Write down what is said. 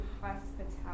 hospitality